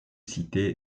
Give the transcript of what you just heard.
cité